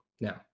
Now